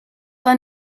war